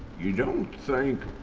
ya don't think.